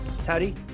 Teddy